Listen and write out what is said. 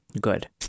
Good